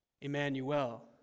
Emmanuel